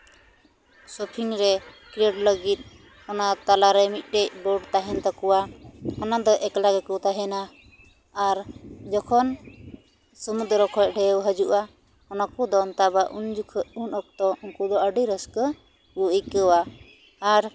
ᱥᱚᱯᱷᱤᱝ ᱨᱮ ᱠᱷᱮᱞᱳᱰ ᱞᱟᱹᱜᱤᱫ ᱚᱱᱟ ᱛᱟᱞᱟ ᱨᱮ ᱢᱤᱫᱴᱮᱡ ᱵᱳᱴ ᱛᱟᱦᱮᱱ ᱛᱟᱠᱚᱣᱟ ᱚᱱᱟ ᱫᱚ ᱮᱠᱞᱟ ᱜᱮᱠᱚ ᱛᱟᱦᱮᱱᱟ ᱟᱨ ᱡᱚᱠᱷᱚᱱ ᱥᱚᱢᱩᱫᱨᱚ ᱠᱷᱚᱡ ᱰᱷᱮᱣ ᱦᱟᱹᱡᱩᱜᱼᱟ ᱚᱱᱟ ᱠᱩ ᱫᱚᱱ ᱛᱟᱵᱟ ᱩᱱ ᱡᱚᱠᱷᱚᱱ ᱩᱱ ᱚᱠᱛᱚ ᱩᱱᱠᱩ ᱫᱚ ᱟᱹᱰᱤ ᱨᱟᱹᱥᱠᱟᱹ ᱠᱚ ᱟᱹᱭᱠᱟᱣᱟ ᱟᱨ